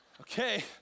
okay